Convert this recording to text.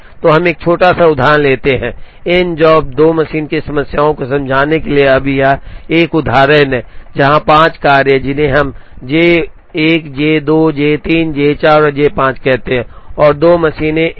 तो हम एक छोटा सा उदाहरण लेते हैं n job 2 मशीन की समस्या को समझाने के लिए अब यह एक उदाहरण है जहाँ 5 कार्य हैं जिन्हें हम J 1 J 2 J 3 J 4 और J 5 कहते हैं और 2 मशीनें M 1 हैं और एम